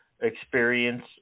experience